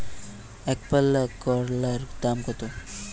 একপাল্লা করলার দাম কত?